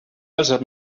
dels